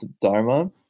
Dharma